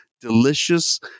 delicious